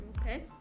Okay